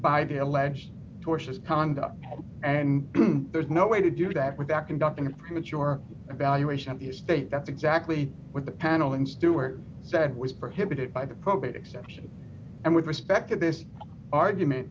by the alleged tortious condo and there's no way to do that without conducting a premature evaluation of your state that's exactly what the panel and stewart said was prohibited by the probate exception and with respect to this argument